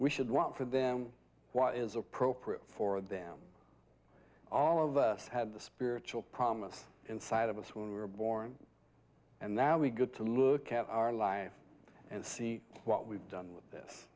we should want for them what is appropriate for them all of us had the spiritual promise inside of us when we were born and now we good to look at our life and see what we've done with this